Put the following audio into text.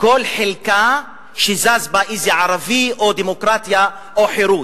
כל חלקה שזז בה ערבי או דמוקרטיה או חירות,